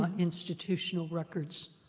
um institutional records.